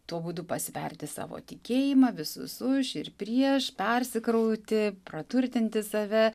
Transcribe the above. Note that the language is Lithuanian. tuo būdu pasverti savo tikėjimą visus už ir prieš persikrauti praturtinti save